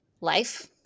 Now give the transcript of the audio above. life